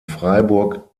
freiburg